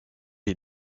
est